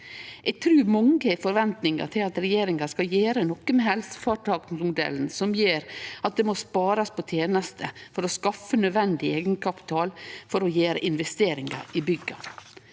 Eg trur mange har forventningar til at regjeringa skal gjere noko med helseføretaksmodellen, som gjer at det må sparast på te neste for å skaffe nødvendig eigenkapital for å gjere investeringar i bygga.